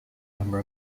member